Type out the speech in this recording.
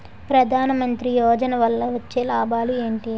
ప్రధాన మంత్రి యోజన వల్ల వచ్చే లాభాలు ఎంటి?